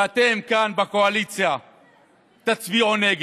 ואתם כאן בקואליציה תצביעו נגד.